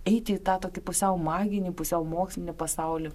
eiti į tą tokį pusiau maginį pusiau mokslinį pasaulį